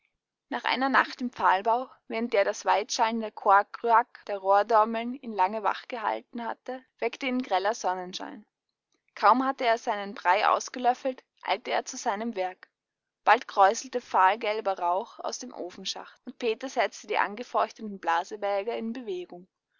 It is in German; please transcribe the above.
nach einer nacht im pfahlbau während der das weitschallende koak krüak der rohrdommeln ihn lange wachgehalten hatte weckte ihn greller sonnenschein kaum hatte er seinen brei ausgelöffelt eilte er zu seinem werk bald kräuselte fahlgelber rauch aus dem ofenschacht und peter setzte die angefeuchteten blasebälge in bewegung